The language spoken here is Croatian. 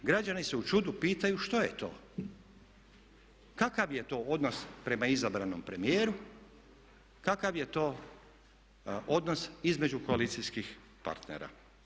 Građani se u čudu pitaju što je to, kakav je to odnos prema izabranom premijeru, kakav je to odnos između koalicijskih partnera?